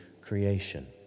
creation